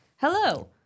hello